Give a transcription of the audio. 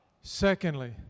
Secondly